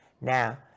now